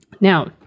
Now